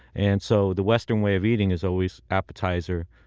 and so the western way of eating is always appetizers,